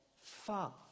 far